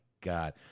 god